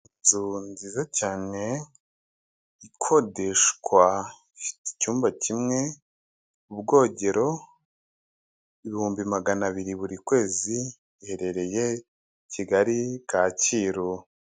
Inzu nziza cyane, ikodeshwa, ifite icyumba kimwe, ubwogero, ibihumbi magana abiri buri kwezi, iherereye Kigali, Kacyiru.